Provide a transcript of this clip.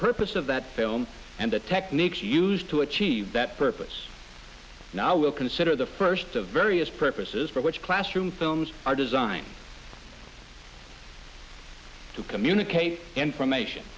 purpose of that film and the techniques used to achieve that purpose now we'll consider the first the various purposes for which classroom films are designed to communicate information